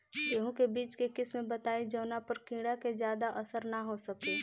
गेहूं के बीज के किस्म बताई जवना पर कीड़ा के ज्यादा असर न हो सके?